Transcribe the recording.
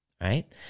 right